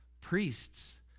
priests